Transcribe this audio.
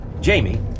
Jamie